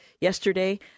yesterday